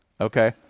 Okay